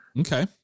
Okay